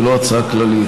ולא הצעה כללית.